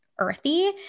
earthy